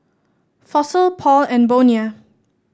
Fossil Paul and Bonia